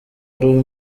uri